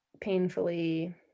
painfully